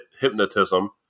hypnotism